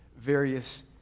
various